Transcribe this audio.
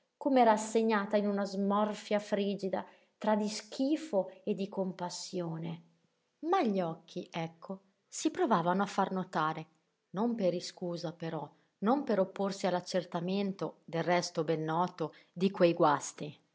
come rassegata in una smorfia frigida tra di schifo e di compassione ma gli occhi ecco si provavano a far notare non per iscusa però non per opporsi all'accertamento del resto ben noto di quei guasti